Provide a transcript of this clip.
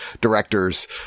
directors